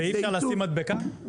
ואי אפשר לשים מדבקה?